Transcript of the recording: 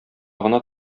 гына